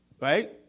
Right